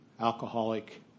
alcoholic